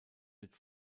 wird